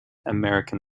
american